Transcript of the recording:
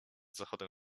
zachodem